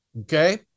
Okay